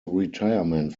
retirement